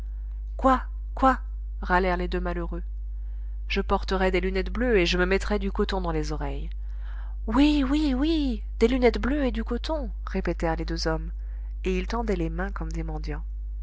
quoi quoi râlèrent les deux malheureux je porterais des lunettes bleues et je me mettrais du coton dans les oreilles oui oui oui des lunettes bleues et du coton répétèrent les deux hommes et ils tendaient les mains comme des mendiants